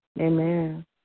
Amen